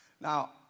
Now